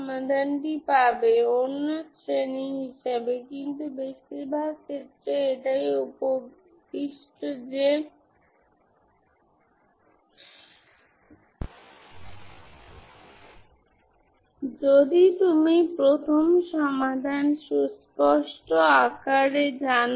সুতরাং আপনি এখানে সাইন পাবেন কারণ কোস এর পরিবর্তে আপনি এখানে am এর পরিবর্তে bm পাবেন